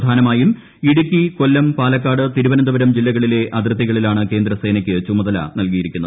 പ്രധാനമായും ഇടുക്കി കൊല്ലം പാലക്കാട് തിരുവനന്തപുരം ജില്ലകളിലെ അതിർത്തികളിലാണ് കേന്ദ്രസേനക്ക് ചുമതല നൽകിയിരിക്കുന്നത്